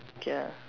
okay ah